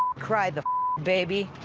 cry the baby.